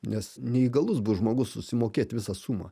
nes neįgalus bus žmogus susimokėt visą sumą